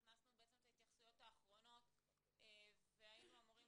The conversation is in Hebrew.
הכנסנו בעצם את ההתייחסויות האחרונות והיינו אמורים